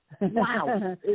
Wow